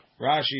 Rashi